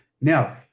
Now